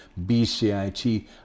BCIT